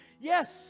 yes